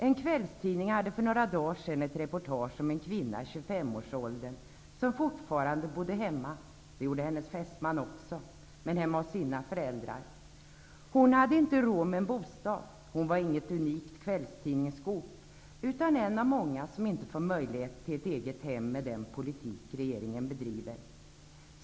En kvällstidning hade för några dagar sedan ett reportage om en kvinna i 25-årsåldern som fortfarande bodde hemma -- det gjorde hennes fästman också, men hemma hos sina föräldrar. Hon hade inte råd med egen bostad. Hon var inget unikt kvällstidningsscoop utan en av många som med den politik som regeringen bedriver inte får möjlighet till ett eget hem.